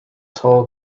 tall